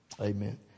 Amen